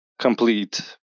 complete